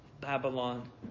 Babylon